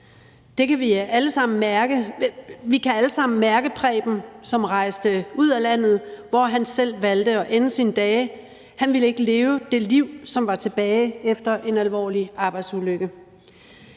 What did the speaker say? Vi kan alle sammen mærke Preben, som rejste ud af landet og selv valgte at ende sine dage. Han ville ikke leve det liv, som var tilbage efter en alvorlig arbejdsulykke.